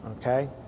Okay